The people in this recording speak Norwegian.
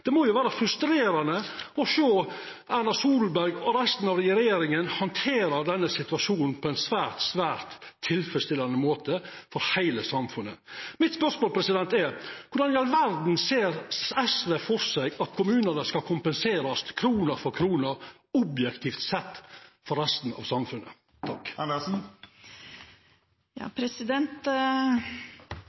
Det må vera frustrerande å sjå Erna Solberg og resten av regjeringa handtera denne situasjonen på ein svært, svært tilfredsstillande måte for heile samfunnet. Mitt spørsmål er: Korleis i all verda ser SV føre seg at kommunane skal kompenserast krone for krone objektivt sett for resten av samfunnet?